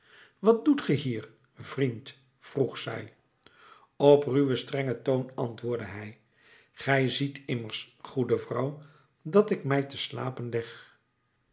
wat doet ge hier vriend vroeg zij op ruwen strengen toon antwoordde hij gij ziet immers goede vrouw dat ik mij te slapen leg